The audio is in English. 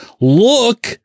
Look